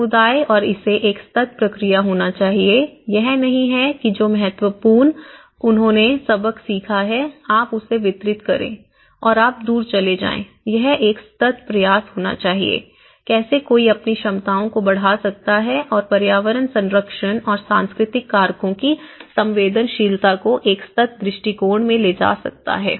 समुदाय और इसे एक सतत प्रक्रिया होना चाहिए यह नहीं है कि जो महत्वपूर्ण सबक उन्होंने सीखा है आप उसके वितरित करें और आप दूर चले जाएं यह एक सतत प्रयास होना चाहिए कैसे कोई अपनी क्षमताओं को बढ़ा सकता है और पर्यावरण संरक्षण और सांस्कृतिक कारकों की संवेदनशीलता को एक सतत दृष्टिकोण में ले जा सकता है